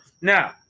Now